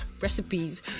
recipes